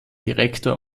direktor